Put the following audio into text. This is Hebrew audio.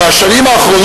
בעיקר בשנים האחרונות,